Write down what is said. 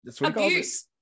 abuse